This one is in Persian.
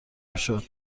میشد